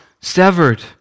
severed